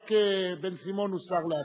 רק בן-סימון הוא שר לעתיד.